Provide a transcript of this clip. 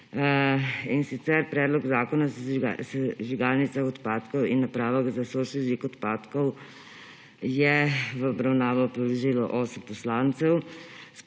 in sicer Predlog zakona o sežigalnicah odpadkov in napravah za sosežig odpadkov je v obravnavo predložilo osem poslancev.